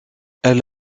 elle